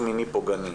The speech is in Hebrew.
מיני פוגעני.